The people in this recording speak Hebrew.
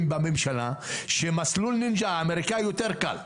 בממשלה שמסלול נינג'ה האמריקאי יותר קל,